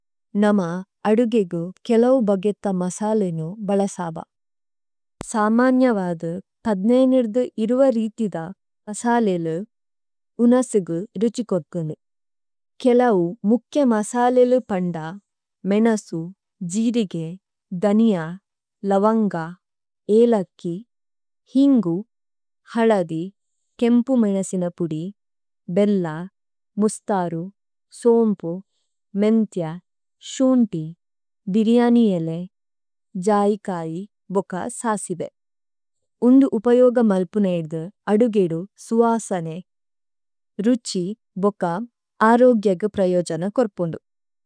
നമാ അദഗിഗി കിലവ ബഗിതദ മസാലലിന ബലസാവാ। സാമാനിയവാദ പദനിയനിദദ ഇരവാ രിതിദ മസാലലിന ഉനസിഗി രിചികഊടപണി। കിളാഉ മഊകിയ മസാലലിലി പംഡാ മനസം, ജിരിഗി, ദണിയ, ലവാംഗാ, ഏലാകി, ഹഇംഗു, ഹളാഗി, കിംപુ മനസനപ� ബിരിയനിയലി, ജാഇകാഈ, ബകാ, സാസിവിലി। ഉനദി ഉപയയഓഗമലപണിദ, അഡഗിഡി സവാസനഇ, രചി, ബകാ, ആരഓഗിയ� ജനകരപണഡരി।